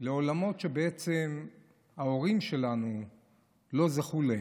לעולמות שבעצם ההורים שלנו לא זכו להם.